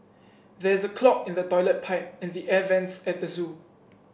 there is a clog in the toilet pipe and the air vents at the zoo